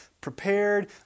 prepared